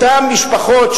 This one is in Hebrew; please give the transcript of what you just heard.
אותן משפחות,